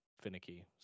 finicky